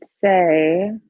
say